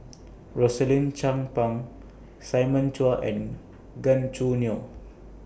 Rosaline Chan Pang Simon Chua and Gan Choo Neo